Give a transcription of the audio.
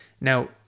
Now